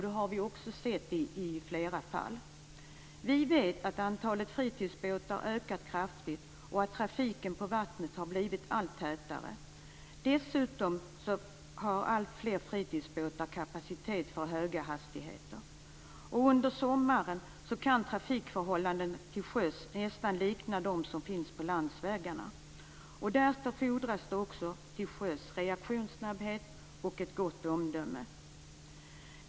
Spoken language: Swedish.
Det har vi sett i flera fall. Vi vet att antalet fritidsbåtar har ökat kraftigt och att trafiken på vattnet har blivit allt tätare. Dessutom har alltfler fritidsbåtar kapacitet för höga hastigheter. Under sommaren kan trafikförhållandena till sjöss nästan likna dem som finns på landsvägarna. Därför fordras det också till sjöss reaktionssnabbhet och ett gott omdöme.